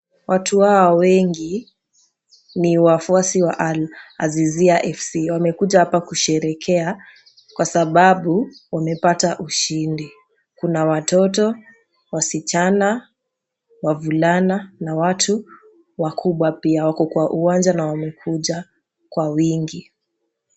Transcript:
Watu hawa wengi ni wafuasi wa azizia fc. Wamekuja hapa kusherehekea kwa sababu wamepata ushindi. kuna watoto ,wasicha, wavulana na watu wakubwa pia wako kwa uwanja na wamekuja kwa wengi.